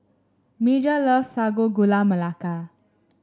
Major loves Sago Gula Melaka